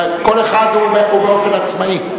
כל אחד הוא באופן עצמאי.